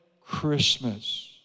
christmas